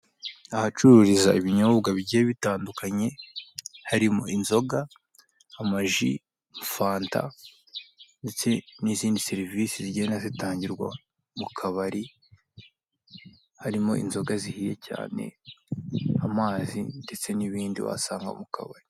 Ahacururiza ibinyobwa bigiye bitandukanye, harimo: inzoga, amaji, fanta, ndetse n'izindi serivise zigenda zitangirwa mu kabari, harimo inzoga zihiye cyane, amazi, ndetse n'ibindi wasanga mu kabari.